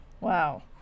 Wow